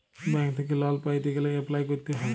bank থ্যাইকে লল পাইতে গ্যালে এপ্লায় ক্যরতে হ্যয়